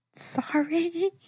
Sorry